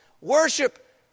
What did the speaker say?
Worship